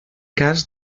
cas